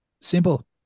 simple